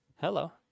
Hello